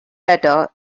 better